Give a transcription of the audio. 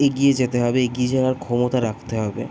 এগিয়ে যেতে হবে এগিয়ে যাওয়ার ক্ষমতা রাখতে হবে